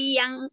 yang